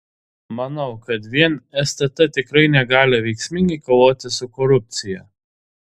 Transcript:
manau kad vien stt tikrai negali veiksmingai kovoti su korupcija